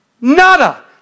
nada